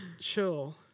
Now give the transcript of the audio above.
Chill